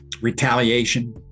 retaliation